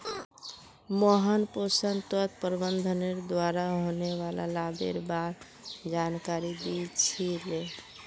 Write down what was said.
मोहन पोषण तत्व प्रबंधनेर द्वारा होने वाला लाभेर बार जानकारी दी छि ले